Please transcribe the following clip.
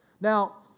Now